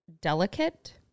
delicate